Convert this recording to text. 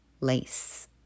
Lace